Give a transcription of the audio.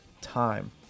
time